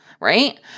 Right